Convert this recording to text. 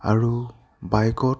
আৰু বাইকত